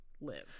live